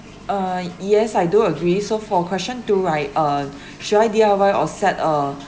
uh yes I do agree so for question two right uh should I D_I_Y or set a